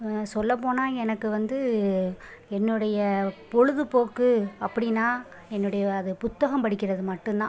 சொல்லப்போனால் எனக்கு வந்து என்னுடைய பொழுதுப்போக்கு அப்படினா என்னுடைய அது புத்தகம் படிக்கிறது மட்டும் தான்